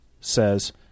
says